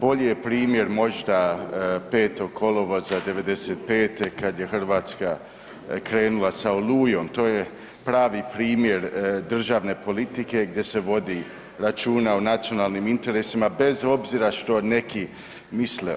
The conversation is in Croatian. Bolji je primjer možda 5. kolovoza '95. kada je Hrvatska krenula sa Olujom, to je pravi primjer državne politike gdje se vodi računa o nacionalnim interesima, bez obzira što neki misle.